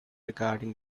regarding